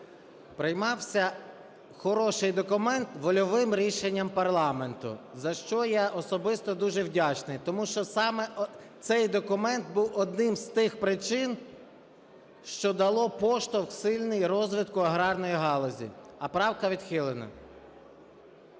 Приймався хороший документ вольовим рішенням парламенту, за що я особисто дуже вдячний. Тому що саме цей документ був одним з тих причин, що дало поштовх сильний розвитку аграрної галузі. А правка відхилена.